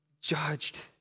judged